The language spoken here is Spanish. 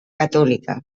católica